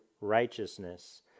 righteousness